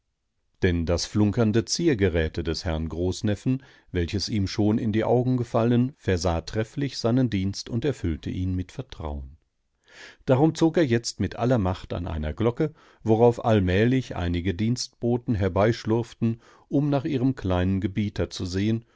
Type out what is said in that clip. denn das flunkernde ziergeräte des herrn großneffen welches ihm schon in die augen gefallen versah trefflich seinen dienst und erfüllte ihn mit vertrauen darum zog er jetzt mit aller macht an einer glocke worauf allmählich einige dienstboten herbeischlurften um nach ihrem kleinen gebieter zu sehen